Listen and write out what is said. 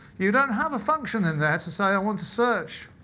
you don't have a function in there to say i want to search,